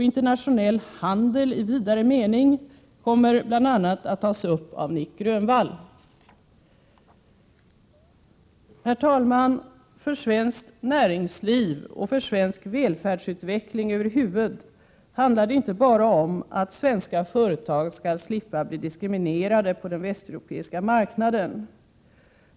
Internationell handel i vidare mening kommer bl.a. att tas upp av Nic Grönvall. Herr talman! För svenskt näringsliv och för svensk välfärdsutveckling över huvud taget handlar det inte bara om att svenska företag skall slippa bli diskriminerade på den västeuropeiska marknaden.